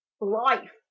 Life